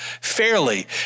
fairly